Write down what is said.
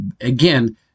Again